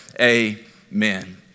Amen